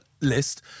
list